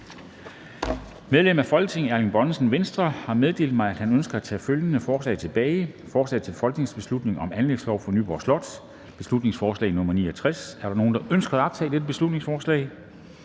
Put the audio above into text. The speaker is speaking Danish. Medlem af Folketinget Erling Bonnesen (V) har meddelt mig, at han ønsker at tage følgende forslag tilbage: Forslag til folketingsbeslutning om en anlægslov for Nyborg Slot. (Beslutningsforslag nr. B 69). Ønsker nogen at optage dette beslutningsforslag?